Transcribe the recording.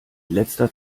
letzter